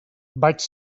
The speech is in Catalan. vaig